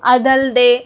ಅದಲ್ಲದೇ